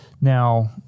Now